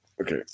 Okay